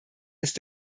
ist